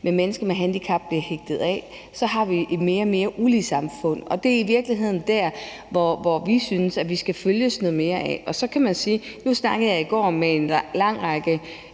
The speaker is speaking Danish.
og mennesker med handicap bliver hægtet af, så har vi et mere og mere ulige samfund, og det er i virkeligheden der, hvor vi synes, at vi skal følges noget mere ad. Nu snakkede jeg i går med en lang række